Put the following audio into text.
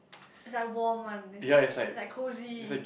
it's like warm one it's it's like cosy